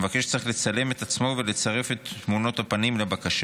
המבקש צריך לצלם את עצמו ולצרף את תמונת הפנים לבקשה.